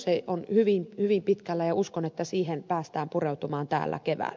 se on hyvin pitkällä ja uskon että siihen päästään pureutumaan täällä keväällä